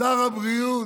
שר הבריאות.